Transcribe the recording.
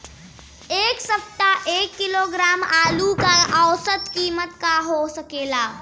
एह सप्ताह एक किलोग्राम आलू क औसत कीमत का हो सकेला?